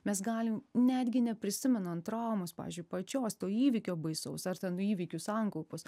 mes galim netgi neprisimentant traumos pavyzdžiui pačios to įvykio baisaus ar ten įvykių sankaupos